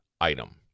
item